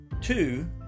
two